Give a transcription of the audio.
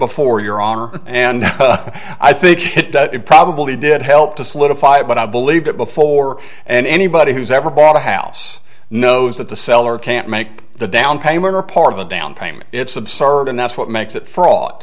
before your honor and i think it probably did help to solidify but i believe that before and anybody who's ever bought a house knows that the seller can't make the downpayment or part of a down payment it's absurd and that's what makes it